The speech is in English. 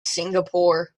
singapore